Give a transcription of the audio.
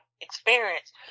experience